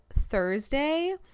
Thursday